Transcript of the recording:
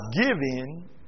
giving